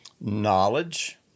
knowledge